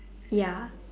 ya